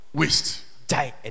waste